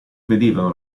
vedevano